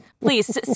please